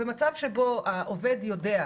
במצב שבו העובד יודע,